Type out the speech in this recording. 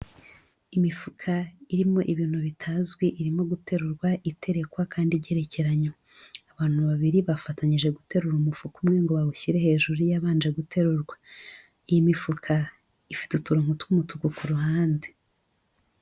Imifuka irimo ibintu bitazwi irimo guterurwa iterekwa kandi igerekeranywa, abantu babiri bafatanyije guterura umufuka umwe ngo bawushyire hejuru y'iyabanje guterurwa, iyi mifuka ifite uturungo tw'umutuku ku ruhande.